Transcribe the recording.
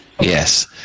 Yes